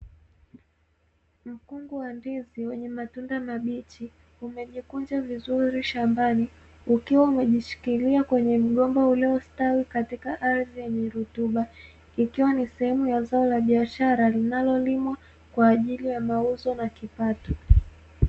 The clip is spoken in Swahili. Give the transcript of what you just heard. Mkungu wa ndizi wenye matunda mabichi, umejikunja vizuri shambani, ukiwa umejishikilia kwenye mgomba uliostawi katika ardhi yenye rutuba. Ikiwa ni sehemu ya zao la biashara linalolimwa kwa ajili ya mauzo na kipato.